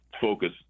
focus